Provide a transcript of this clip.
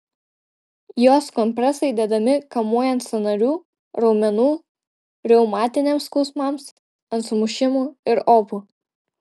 jos kompresai dedami kamuojant sąnarių raumenų reumatiniams skausmams ant sumušimų ir opų